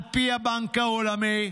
על פי הבנק העולמי.